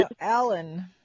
Alan